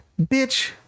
bitch